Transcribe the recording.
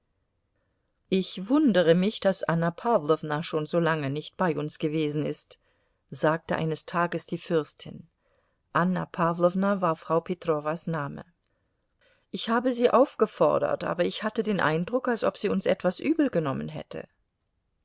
ich wundere mich daß anna pawlowna schon so lange nicht bei uns gewesen ist sagte eines tages die fürstin anna pawlowna war frau petrowas name ich habe sie aufgefordert aber ich hatte den eindruck als ob sie uns etwas übelgenommen hätte